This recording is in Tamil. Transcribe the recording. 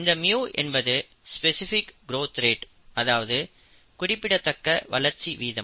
இந்த மியூ என்பது ஸ்பெசிபிக் கிரோத் ரேட் அதாவது குறிப்பிடத்தக்க வளர்ச்சி வீதம்